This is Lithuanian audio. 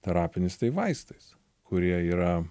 terapinis tai vaistais kurie yra